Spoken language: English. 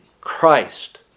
Christ